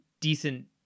decent